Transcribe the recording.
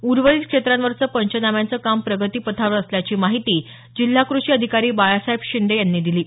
उर्वरीत क्षेत्रांवरचं पंचनाम्यांचं काम प्रगतीपथावर असल्याची माहिती जिल्हा कृषी अधिकारी बाळासाहेब शिंदे यांनी दिली आहे